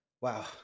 wow